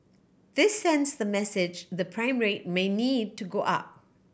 this sends the message the prime rate may need to go up